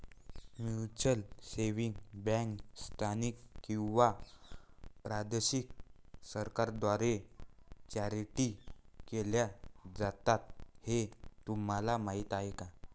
Mutual savings बँका स्थानिक किंवा प्रादेशिक सरकारांद्वारे चार्टर्ड केल्या जातात हे तुम्हाला माहीत का?